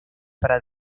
para